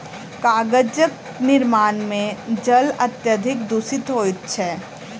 कागजक निर्माण मे जल अत्यधिक दुषित होइत छै